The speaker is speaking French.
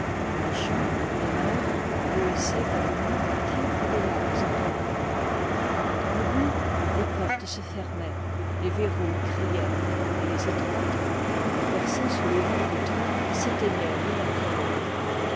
les champs les landes bleuissaient vaguement tels que des lacs endormis dans le bourg les portes se fermaient les verrous criaient et les étroites lucarnes percées sous l'auvent des toits s'éteignaient l'une après l'autre